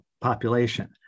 population